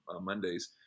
Mondays